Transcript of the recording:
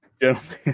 gentlemen